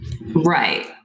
Right